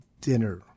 dinner